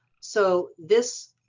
so, this,